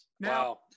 Wow